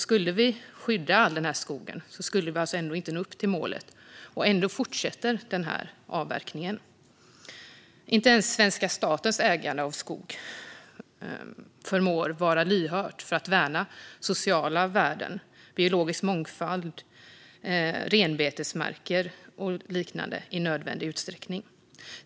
Skulle vi skydda all den här skogen skulle vi alltså ändå inte nå upp till målet, och ändå fortsätter den här avverkningen. Inte ens svenska statens ägande av skog förmår vara lyhört för att värna sociala värden, biologisk mångfald, renbetesmarker och liknande i nödvändig utsträckning.